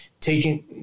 taking